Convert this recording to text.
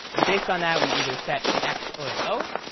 and based on that we either set an x or an o,